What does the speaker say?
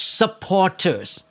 supporters